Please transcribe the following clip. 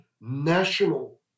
national